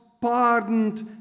pardoned